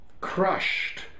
crushed